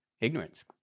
Ignorance